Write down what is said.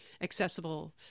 accessible